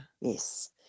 Yes